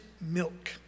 milk